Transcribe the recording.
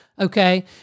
okay